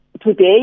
today